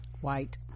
white